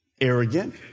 Arrogant